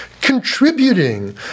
contributing